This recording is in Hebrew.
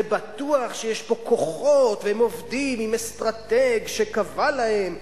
בטוח שיש פה כוחות והם עובדים עם אסטרטג שקבע להם,